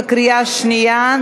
בקריאה שנייה.